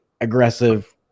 aggressive